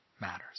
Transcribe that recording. matters